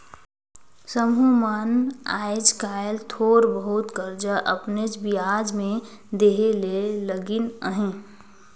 समुह मन आएज काएल थोर बहुत करजा अपनेच बियाज में देहे ले लगिन अहें